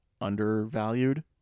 undervalued